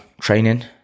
training